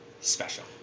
Special